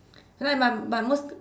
like but but mostly